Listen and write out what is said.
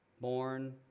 Born